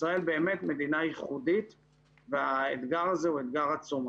ישראל באמת מדינה ייחודית והאתגר הזה הוא אתגר עצום.